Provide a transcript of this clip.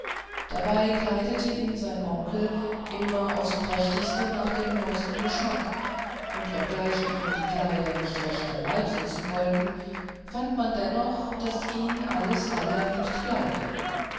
dabei kleidete ihn sein oncle immer aufs prächtigste nach dem neuesten geschmack und obgleich ihm die kleider nicht recht am leib sitzen wollten fand man dennoch daß ihn alles allerliebst kleide